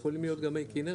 יכולים להיות גם מי כנרת,